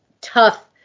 tough